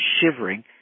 shivering